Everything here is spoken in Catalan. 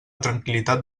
tranquil·litat